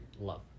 love